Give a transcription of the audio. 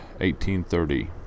1830